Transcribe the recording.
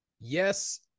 Yes